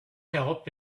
help